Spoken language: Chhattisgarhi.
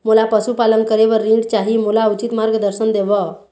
मोला पशुपालन करे बर ऋण चाही, मोला उचित मार्गदर्शन देव?